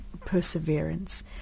perseverance